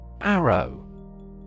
Arrow